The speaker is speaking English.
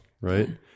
right